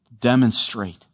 Demonstrate